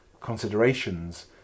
considerations